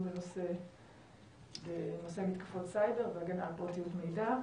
בנושא מתקפות סייבר והגנה על פרטיות מידע.